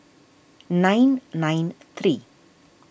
nine nine three